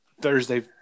Thursday